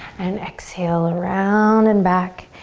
and exhale, around and back.